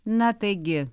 na taigi